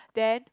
then